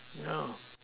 no